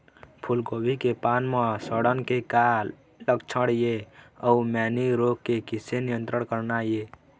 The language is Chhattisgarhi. फूलगोभी के पान म सड़न के का लक्षण ये अऊ मैनी रोग के किसे नियंत्रण करना ये?